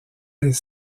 les